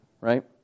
Right